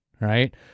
right